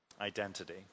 Identity